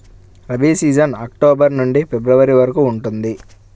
rabi season October నుండి ఫిబ్రవరి వరకు ఉంటుంది